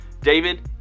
David